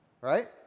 right